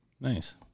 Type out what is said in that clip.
Nice